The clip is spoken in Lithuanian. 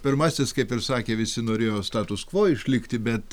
pirmasis kaip ir sakė visi norėjo status kvo išlikti bet